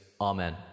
Amen